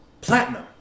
platinum